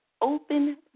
open